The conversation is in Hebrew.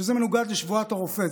שזה מנוגד לשבועת הרופא,